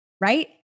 Right